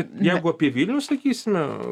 jeigu apie vilnių sakysime